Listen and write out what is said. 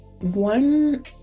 one